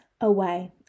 away